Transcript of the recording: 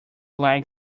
like